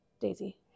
Daisy